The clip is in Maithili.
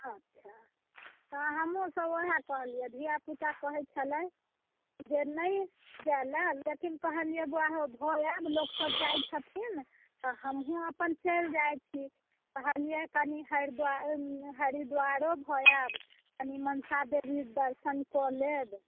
अच्छा हँ हमहुँ सब ओएह कहलियै धिआ पूता कहैत छलै जे नहि जाय लऽ लेकिन कहलियै बौआ हो भऽ आएब लोक सब जाइत छथिन तऽ हमहुँ अपन चलि जाइत छी कहलियै कनि हरिद्वार हरिद्वारो भऽ आएब कनि मनसा देवी दर्शन कऽ लेब